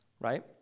right